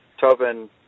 Tobin